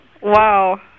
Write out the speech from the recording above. Wow